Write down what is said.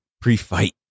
pre-fight